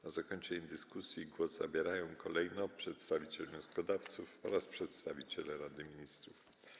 Na zakończenie dyskusji głos zabierają kolejno przedstawiciel wnioskodawców oraz przedstawiciel Rady Ministrów.